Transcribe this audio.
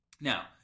Now